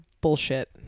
bullshit